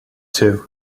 two